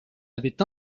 avaient